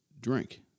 drink